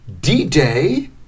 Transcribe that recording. D-Day